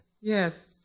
Yes